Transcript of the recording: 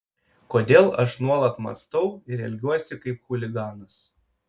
kodėl aš nuolat mąstau ir elgiuosi kaip chuliganas